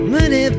Money